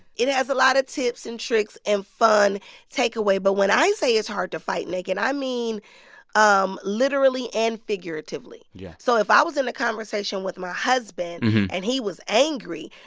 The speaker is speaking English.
it has a lot of tips and tricks and fun takeaway. but when i say it's hard to fight naked, i mean um literally and figuratively yeah so if i was in a conversation with my husband and he was angry,